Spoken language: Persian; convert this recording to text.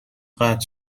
قطع